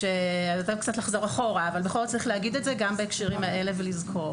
קצת אחורה אבל בכל אופן צריך להגיד את זה גם בהקשרים האלה ולזכור